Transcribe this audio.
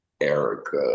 Erica